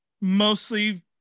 mostly